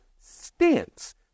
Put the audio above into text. stance